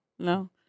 No